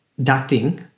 ducting